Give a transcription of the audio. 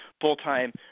full-time